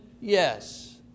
Yes